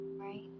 right